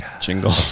jingle